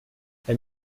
elle